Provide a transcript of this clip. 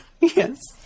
Yes